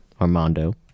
Armando